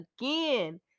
again